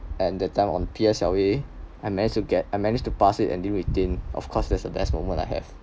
and that time on P_S_L_E I managed to get I managed to pass it and didn't retake of course that's the best moment I have